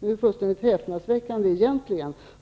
Det är egentligen fullständigt häpnadsväckande.